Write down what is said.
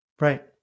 Right